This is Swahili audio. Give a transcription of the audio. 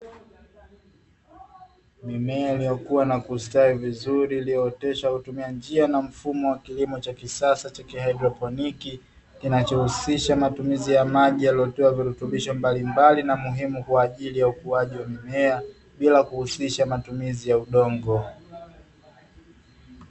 Mimea iliyokua na kustawi vizuri iliyooteshwa kwa kutumia njia na mfumo wa kilimo cha kisasa cha haidroponi, kinachohusisha matumizi ya maji yaliyotiwa virutubisho mbali mbali na muhimu kwa ajili ya ukuaji wa mimea bili kuhusisha matumizi ya udongo.